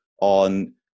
on